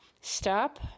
Stop